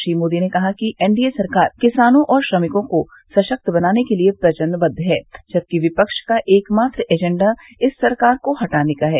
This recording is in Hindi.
श्री मोदी ने कहा कि एनडीए सरकार किसानों और श्रमिकों को सशक्त बनाने के प्रति वचनबद्व है जबकि विपक्ष का एकमात्र एजेंडा इस सरकार को हटाने का है